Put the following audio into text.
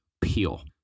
peel